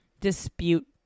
dispute